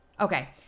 Okay